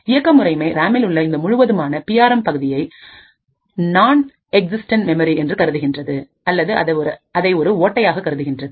இயக்க முறைமை ராமில்உள்ள இந்த முழுவதுமான பி ஆர் எம் பகுதியைநான் எக்ஸிஸ்டன்ட் மெமரி என்று கருதுகின்றது அல்லது அதை ஒரு ஓட்டையாக கருதுகின்றது